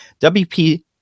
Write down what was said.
WP